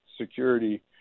security